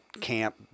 camp